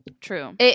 True